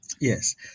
Yes